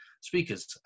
speakers